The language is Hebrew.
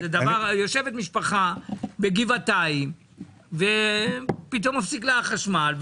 יושבת משפחה בגבעתיים ופתאום מפסיק לה החשמל,